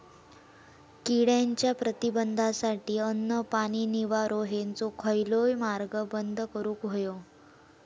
किड्यांच्या प्रतिबंधासाठी अन्न, पाणी, निवारो हेंचो खयलोय मार्ग बंद करुक होयो